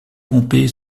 pompée